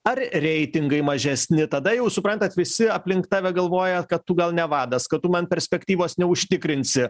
ar reitingai mažesni tada jau suprantat visi aplink tave galvoja kad tu gal ne vadas kad tu man perspektyvos neužtikrinsi